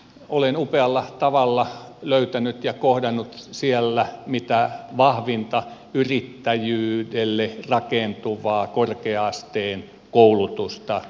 olen upealla tavalla löytänyt ja kohdannut siellä mitä vahvinta yrittäjyydelle rakentuvaa korkea asteen koulutusta